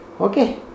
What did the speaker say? Okay